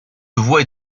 vois